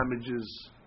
damages